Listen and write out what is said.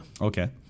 Okay